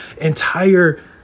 entire